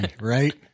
right